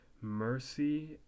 mercy